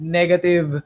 negative